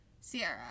Sierra